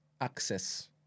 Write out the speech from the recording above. access